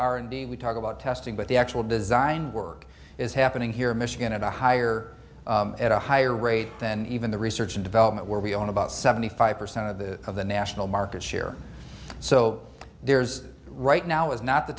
r and d we talk about testing but the actual design work is happening here in michigan at a higher at a higher rate than even the research and development where we own about seventy five percent of the of the national market share so there's right now is not the